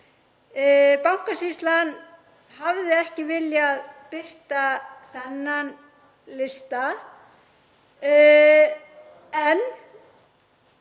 Bankasýslan hafði ekki viljað birta þennan lista en